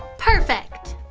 perfect!